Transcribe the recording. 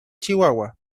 chihuahua